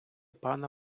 пана